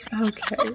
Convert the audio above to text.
Okay